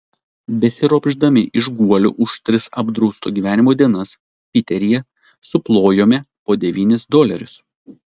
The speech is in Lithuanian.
besiropšdami iš guolių už tris apdrausto gyvenimo dienas piteryje suplojome po devynis dolerius